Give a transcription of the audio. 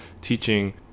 teaching